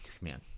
man